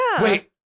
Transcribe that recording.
Wait